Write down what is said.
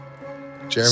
Jeremy